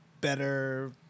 better